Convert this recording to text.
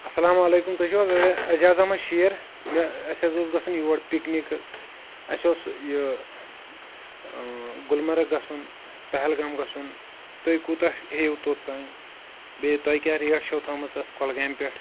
اسلامُ علیکُم تُہۍ چھِو حظ ایجاز احمد شیر اسہِ حظ اوس گژھُن یور پکنِک اسہِ اوس یہِ اۭں گلمرٕگ گژھُن پہلگام گژھُن تُہۍ کوٗتاہ ہیٚیِو توٚت تام بییٚہِ تۄہہِ کیاہ ریٹ چھو تھٲ مٕژ تتھ گۄلگامہِ پٮ۪ٹھ